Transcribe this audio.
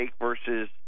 versus